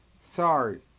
Sorry